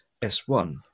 S1